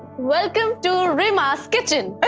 welcome to reema's kitchen.